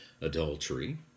adultery